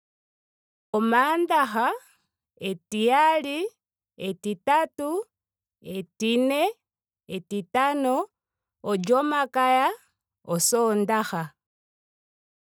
Omandaaha. etiyali. etitatu. etine. etitano. olyomakaya. osondaaha.